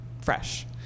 fresh